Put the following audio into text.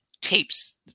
tapes